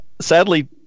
sadly